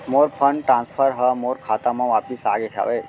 मोर fund transfer हा मोर खाता मा वापिस आ गे हवे